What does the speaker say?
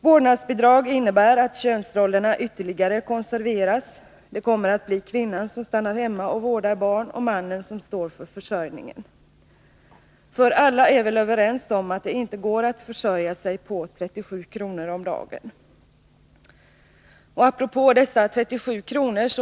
Vårdnadsbidrag innebär att könsrollerna ytterligare konserveras — det kommer att bli kvinnan som stannar hemma och vårdar barn och mannen som står för försörjningen. För alla är väl överens om att det inte går att försörja sig på 37 kr. om dagen. Apropå dessa 37 kr.